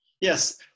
Yes